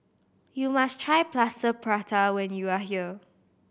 you must try Plaster Prata when you are here